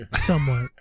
Somewhat